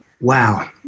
Wow